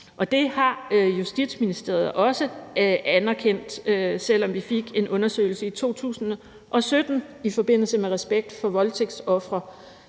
Det har Justitsministeriet også anerkendt, selv om vi fik en undersøgelse i 2017 i forbindelse med »Respekt for voldtægtsofre«